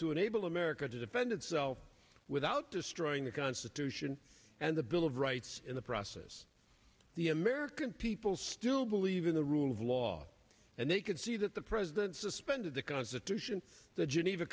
enable america to defend itself without destroying the constitution and the bill of rights in the process the american people still believe in the rule of law and they can see that the president suspended the constitution the geneva